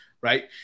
right